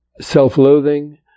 self-loathing